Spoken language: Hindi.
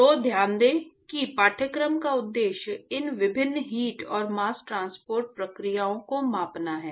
तो ध्यान दें कि पाठ्यक्रम का उद्देश्य इन विभिन्न हीट और मास्स ट्रांसपोर्ट प्रक्रियाओं को मापना है